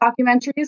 documentaries